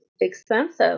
expensive